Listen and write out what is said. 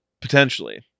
Potentially